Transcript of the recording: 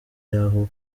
y’aho